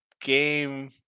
game